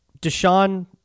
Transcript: Deshaun